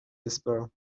اسپرم